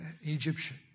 Egyptian